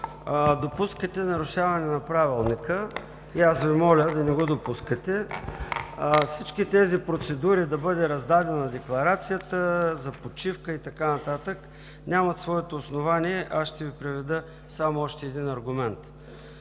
Допускате нарушаване на Правилника и аз Ви моля да не го допускате. Всички тези процедури да бъде раздадена декларацията, за почивка и така нататък, нямат своето основание. Аз ще Ви приведа само още един аргумент.